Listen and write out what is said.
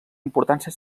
importància